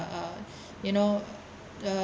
uh you know the